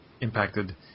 impacted